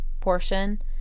portion